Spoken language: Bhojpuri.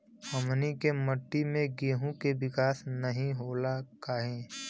हमनी के मिट्टी में गेहूँ के विकास नहीं होला काहे?